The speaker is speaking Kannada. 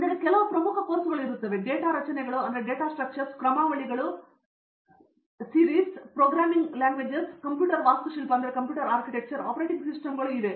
ಕಾಮಕೋಟಿ ಆದರೆ ಕೆಲವು ಪ್ರಮುಖ ಕೋರ್ಸುಗಳು ಡೇಟಾ ರಚನೆಗಳು ಕ್ರಮಾವಳಿಗಳು ಪ್ರೋಗ್ರಾಮಿಂಗ್ ಭಾಷೆಗಳು ಕಂಪ್ಯೂಟರ್ ವಾಸ್ತುಶಿಲ್ಪ ಆಪರೇಟಿಂಗ್ ಸಿಸ್ಟಮ್ಗಳು ಇವೆ